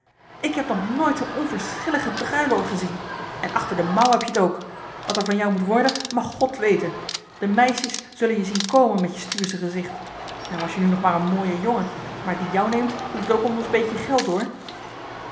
ik heb nog nooit zoo'n onverschillige druiloor gezien en achter de mouw heb je t ook wat er van jou moet worden mag god weten de meisjes zullen je zien komen met je stuursche gezicht en was je nu nog maar een mooie jongen maar die jou neemt doet t ook om ons beetje geld hoor